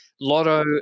Lotto